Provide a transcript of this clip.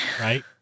right